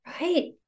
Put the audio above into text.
right